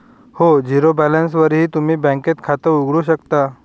हो, झिरो बॅलन्सवरही तुम्ही बँकेत खातं उघडू शकता